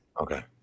Okay